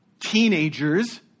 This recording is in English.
teenagers